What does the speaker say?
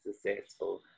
successful